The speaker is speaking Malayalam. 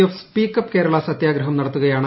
എഫ് സ്പീക്ക് അപ് കേരള സത്യഗ്രഹം നടത്തുകയാണ്